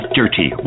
dirty